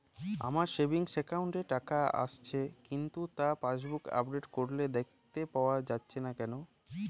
আমার savings account এ টাকা আসছে কিন্তু তা পাসবুক আপডেট করলে দেখতে পাওয়া যাচ্ছে না কেন?